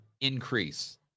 increase